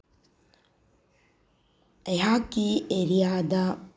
ꯑꯩꯍꯥꯛꯀꯤ ꯑꯦꯔꯤꯌꯥꯗ